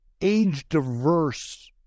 age-diverse